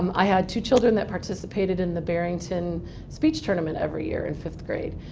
i had two children that participated in the barrington speech tournament every year in fifth grade.